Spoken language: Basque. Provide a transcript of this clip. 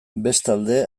bestalde